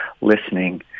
listening